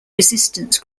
resistance